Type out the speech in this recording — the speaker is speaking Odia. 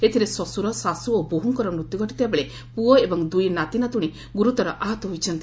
ଏଥିରେ ଶଶୁର ଶାଶୁ ଓ ବୋହ୍ଙ୍କର ମୃତ୍ୟୁ ଘଟିଥିବା ବେଳେ ପୁଅ ଏବଂ ଦୁଇ ନାତିନାତୁଶୀ ଗୁରୁତର ଆହତ ହୋଇଛନ୍ତି